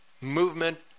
movement